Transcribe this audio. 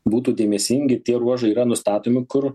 būtų dėmesingi tie ruožai yra nustatomi kur